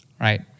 right